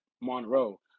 Monroe